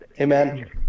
Amen